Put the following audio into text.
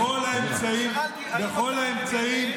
בכל האמצעים.